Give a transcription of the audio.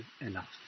enough